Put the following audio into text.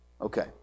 Okay